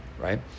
right